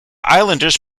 islanders